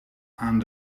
aan